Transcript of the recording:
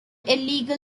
illegal